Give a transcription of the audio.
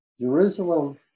Jerusalem